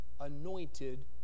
anointed